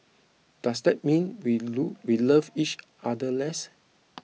does that mean we we love each other less